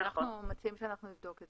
אנחנו מציעים שאנחנו נבדוק את